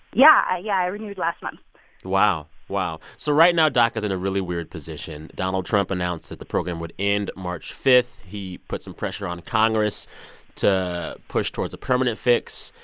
yeah. yeah, i renewed last month wow. wow. so right now, daca's in a really weird position. donald trump announced that the program would end march five. he put some pressure on congress to push towards a permanent fix.